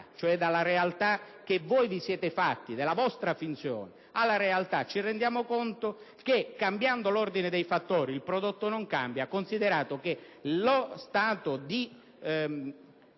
cioè dalla realtà che vi siete costruiti, dalla vostra finzione - alla realtà, ci rendiamo conto che cambiando l'ordine dei fattori il prodotto non cambia. Occorre infatti considerare che lo stato di